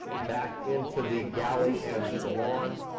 back into the galley and saloon.